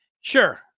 sure